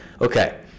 okay